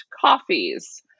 coffees